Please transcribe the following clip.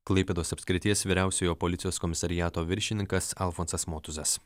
klaipėdos apskrities vyriausiojo policijos komisariato viršininkas alfonsas motuzas